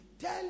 Tell